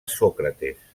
sòcrates